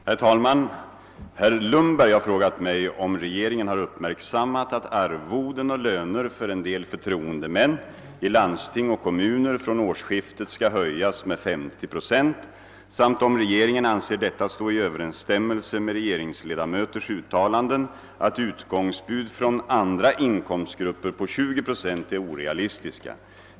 Herr talman! Herr Lundberg har frågat mig, om regeringen har uppmärksammat att arvoden och löner för en del förtroendemän i landsting och kommuner från årsskiftet skall höjas med 50 procent samt om regeringen anser detta stå i överensstämmelse med regeringsledamöters uttalanden att utgångsbud från andra inkomstgrupper på 20 procent är orealistiska.